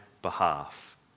behalf